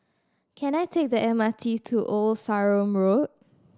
can I take the M R T to Old Sarum Road